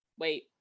Wait